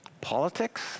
Politics